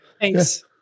thanks